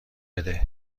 بده